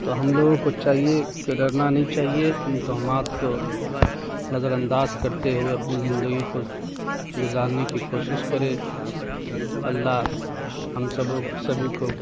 تو ہم لوگوں کو چاہیے کہ ڈرنا نہیں چاہیے ان توہمات کو نظر انداز کرتے ہوئے اپنی زندگی کو گزارنے کی کوشش کریں اللہ ہم سبھوں سبھی کو